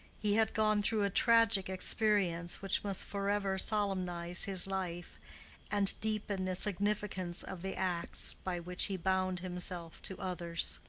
he had gone through a tragic experience which must forever solemnize his life and deepen the significance of the acts by which he bound himself to others.